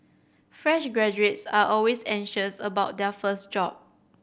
fresh graduates are always anxious about their first job